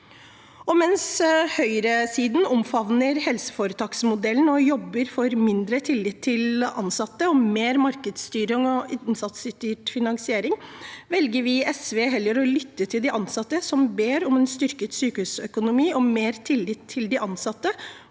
Mens høyresiden omfavner helseforetaksmodellen og jobber for mindre tillit til ansatte og mer markedsstyring og innsatsstyrt finansiering, velger vi i SV heller å lytte til de ansatte – som ber om en styrket sykehusøkonomi og mer tillit til de ansatte